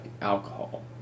alcohol